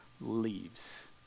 leaves